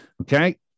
Okay